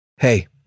Hey